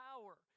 power